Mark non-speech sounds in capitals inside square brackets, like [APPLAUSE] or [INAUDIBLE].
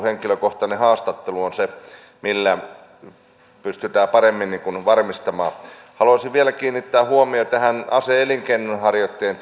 [UNINTELLIGIBLE] henkilökohtaista haastattelua joka on se millä pystytään paremmin asia varmistamaan haluaisin vielä kiinnittää huomiota ase elinkeinonharjoittajan [UNINTELLIGIBLE]